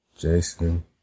Jason